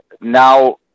now